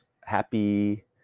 Happy